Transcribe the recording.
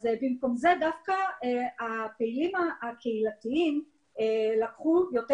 אז במקום זה דווקא הפעילים הקהילתיים לקחו יותר